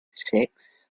six